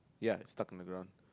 ya it's stuck in the ground